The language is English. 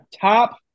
top